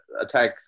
attack